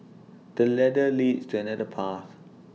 this ladder leads to another path